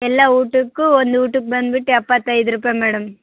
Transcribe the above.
ಎಲ್ಲ ಊಟಕ್ಕೂ ಒಂದು ಊಟಕ್ ಬಂದ್ಬಿಟ್ಟು ಎಪ್ಪತ್ತೈದು ರೂಪಾಯಿ ಮೇಡಮ್